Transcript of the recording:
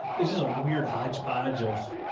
it's just a weird hodgepodge of.